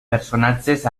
personatges